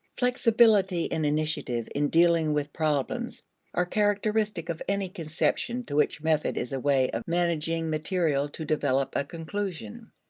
flexibility and initiative in dealing with problems are characteristic of any conception to which method is a way of managing material to develop a conclusion.